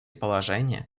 положения